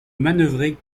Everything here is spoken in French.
manœuvrait